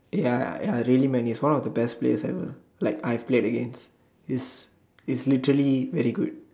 ya ya really man he is one of the best players ever like I have played against he's he's literally very good